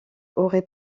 auraient